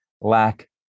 lack